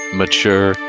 mature